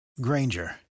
Granger